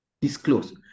Disclose